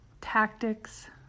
tactics